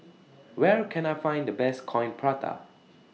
Where Can I Find The Best Coin Prata